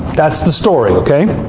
that's the story, okay?